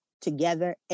together